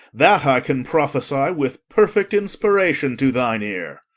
that i can prophesy with perfect inspiration to thine ear.